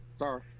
Sorry